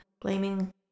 blaming